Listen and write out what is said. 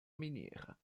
miniera